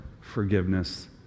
forgiveness